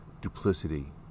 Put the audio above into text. duplicity